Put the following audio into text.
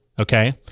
okay